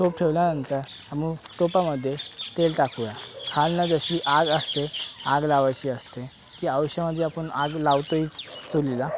टोप ठेवल्यानंतर मग टोपामध्ये तेल टाकूया खालून जशी आग असते आग लावायची असते ती औषामध्ये आपण आग लावतोय चुलीला